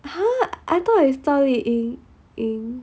!huh! I thought it's zhao li ying ying